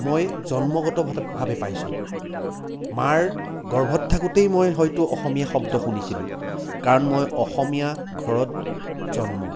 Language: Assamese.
মই জন্মগতভাৱে পাইছোঁ মাৰ গৰ্ভত থাকোঁতেই মই হয়তো অসমীয়া শব্দ শুনিছিলোঁ কাৰণ মই অসমীয়া ঘৰত জন্ম